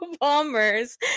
Bombers